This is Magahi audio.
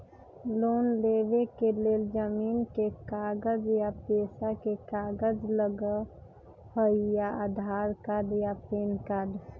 लोन लेवेके लेल जमीन के कागज या पेशा के कागज लगहई या आधार कार्ड या पेन कार्ड?